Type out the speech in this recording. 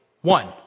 one